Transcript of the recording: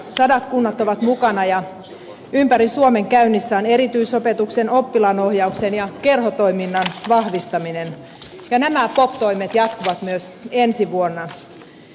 sadat kunnat ovat mukana ja ympäri suomen käynnissä on erityisopetuksen oppilaanohjauksen ja kerhotoiminnan vahvistaminen ja nämä pop toimet jatkuvat myös ensi vuonna